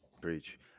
preach